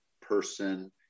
person